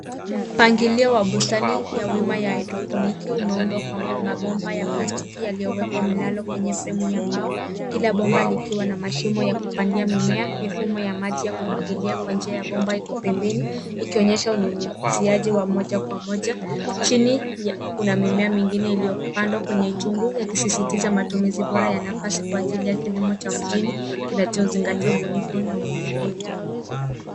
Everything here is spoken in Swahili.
Mpangilio wa bustani ya wima ya hydroponic umeundwa kwa mabomba ya plastiki yaliyowekwa mlalo kwenye fremu ya mbao, kila bomba likiwa na mashimo ya kupandia mimea. Mifumo ya maji ya kumwagilia kwa njia ya bomba iko pembeni ikionyesha unyunyuziaji wa moja kwa moja. Chini kuna mimea mingine iliyopandwa kwenye chungu yakisisitiza matumizi bora ya nafasi kwa ajili ya kilimo cha mjini, kinachozingatia ubunifu na uendelevu.